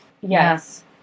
Yes